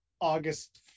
August